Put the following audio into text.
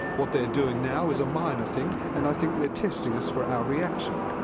what they're doing now is a minor thing, and i think they're testing us for our reaction.